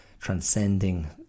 transcending